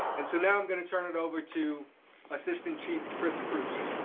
and so now i'm gonna turn it over to assistant chief chris preuss.